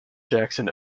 jackson